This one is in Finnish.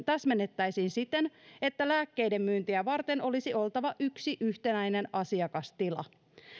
täsmennettäisiin siten että lääkkeiden myyntiä varten olisi oltava yksi yhtenäinen asiakastila